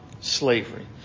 slavery